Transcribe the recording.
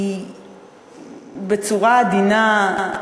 בצורה עדינה,